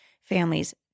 families